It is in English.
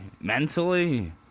Mentally